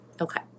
Okay